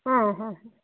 ಹಾಂ ಹಾಂ